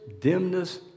dimness